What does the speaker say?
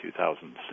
2006